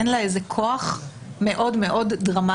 אין לה איזה כוח מאוד מאוד דרמטי,